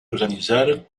organizar